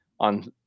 on